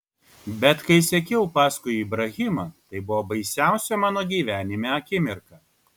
bet kai sekiau paskui ibrahimą tai buvo baisiausia mano gyvenime akimirka